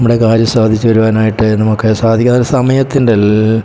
നമ്മുടെ കാര്യം സാധിച്ചു വരുവാനായിട്ട് നമുക്ക് സാധിക്കും അത് സമയത്തിൻ്റേൽ